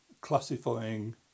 classifying